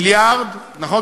מיליארד, נכון?